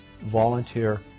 Volunteer